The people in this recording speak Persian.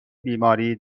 بیماری